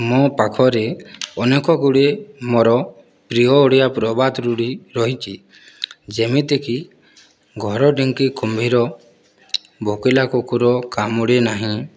ମୋ' ପାଖରେ ଅନେକଗୁଡ଼ିଏ ମୋର ପ୍ରିୟ ଓଡ଼ିଆ ପ୍ରବାଦ ରୂଢ଼ି ରହିଛି ଯେମିତିକି ଘର ଢ଼ିଙ୍କି କୁମ୍ଭୀର ଭୋକିଲା କୁକୁର କାମୁଡ଼େ ନାହିଁ